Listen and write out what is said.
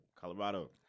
Colorado